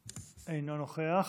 אינו נוכח,